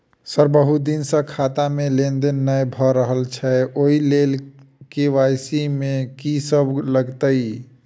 Sir बहुत दिन सऽ खाता मे लेनदेन नै भऽ रहल छैय ओई लेल के.वाई.सी मे की सब लागति ई?